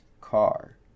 car